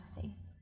faith